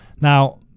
Now